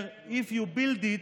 אומר: If you build it,